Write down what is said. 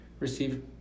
receive